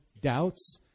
doubts